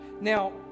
Now